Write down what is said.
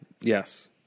Yes